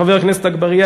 חבר הכנסת אגבאריה,